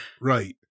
Right